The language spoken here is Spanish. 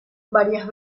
varias